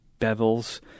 bevels